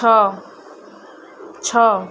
ଛଅ ଛଅ